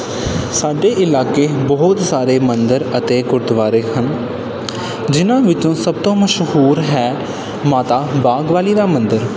ਸਾਡੇ ਇਲਾਕੇ ਬਹੁਤ ਸਾਰੇ ਮੰਦਰ ਅਤੇ ਗੁਰਦੁਆਰੇ ਹਨ ਜਿਨ੍ਹਾਂ ਵਿੱਚੋਂ ਸਭ ਤੋਂ ਮਸ਼ਹੂਰ ਹੈ ਮਾਤਾ ਬਾਗਬਾਨੀ ਦਾ ਮੰਦਰ